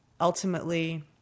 ultimately